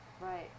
right